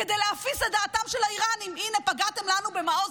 כדי להפיס את דעתם של האיראנים.